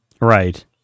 right